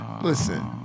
Listen